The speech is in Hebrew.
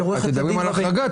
אתם מדברים על החרגה.